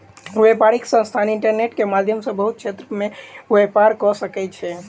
व्यापारिक संस्थान इंटरनेट के माध्यम सॅ बहुत क्षेत्र में व्यापार कअ सकै छै